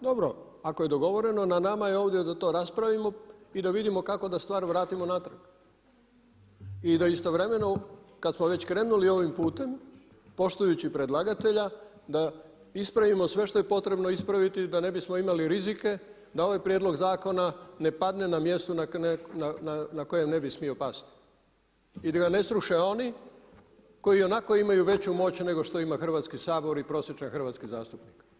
Dobro, ako je dogovoreno na nama je ovdje da to raspravimo i da vidimo kako da stvar vratimo natrag i da istovremeno kada smo već krenuli ovim putem poštujući predlagatelja da ispravimo sve što je potrebno ispraviti da ne bismo imali rizike da ovaj prijedlog zakona ne padne na mjestu na kojem ne bi smio pasti i da ga ne sruše oni koji i onako imaju veću moć nego što ima Hrvatski sabor i prosječni hrvatski zastupnik.